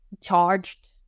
charged